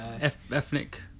Ethnic